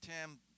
Tim